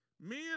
Men